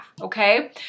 okay